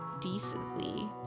decently